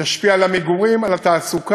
זה ישפיע על המגורים, על התעסוקה,